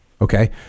Okay